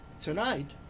Tonight